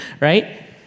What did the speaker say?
right